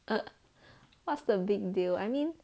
what's the big deal I mean